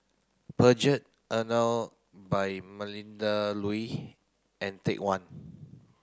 Peugeot Emel by Melinda Looi and Take One